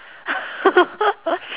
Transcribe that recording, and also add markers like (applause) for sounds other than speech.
(laughs)